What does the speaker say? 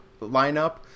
lineup